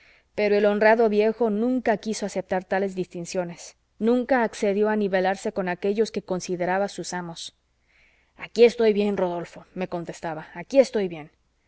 pero el honrado viejo nunca quiso aceptar tales distinciones nunca accedió a nivelarse con aquellos que consideraba sus amos aquí estoy bien rodolfo me contestaba aquí estoy bien